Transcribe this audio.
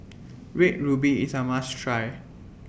Red Ruby IS A must Try